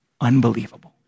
Unbelievable